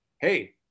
hey